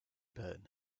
burn